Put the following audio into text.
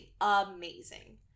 Amazing